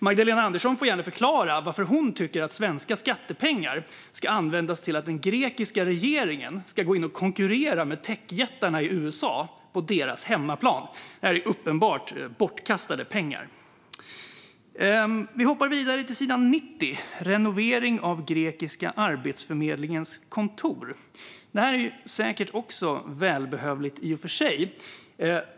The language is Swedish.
Magdalena Andersson får gärna förklara varför hon tycker att svenska skattepengar ska användas till att den grekiska regeringen ska gå in och konkurrera med techjättarna i USA på deras hemmaplan. Det är uppenbart bortkastade pengar. Vi hoppar vidare till sidan 90, där det finns förslag om renovering av den grekiska arbetsförmedlingens kontor. Detta är säkert också välbehövligt i och för sig.